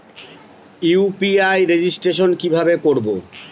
UPI ID registration কিভাবে করব?